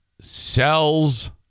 sells